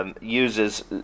uses